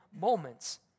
moments